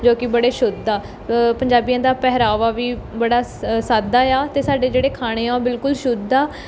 ਜੋ ਕਿ ਬੜੇ ਸ਼ੁੱਧ ਆ ਪੰਜਾਬੀਆਂ ਦਾ ਪਹਿਰਾਵਾ ਵੀ ਬੜਾ ਸ ਸਾਦਾ ਏ ਆ ਅਤੇ ਸਾਡੇ ਜਿਹੜੇ ਖਾਣੇ ਆ ਉਹ ਬਿਲਕੁਲ ਸ਼ੁੱਧ ਆ